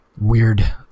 weird